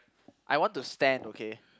I want to stand okay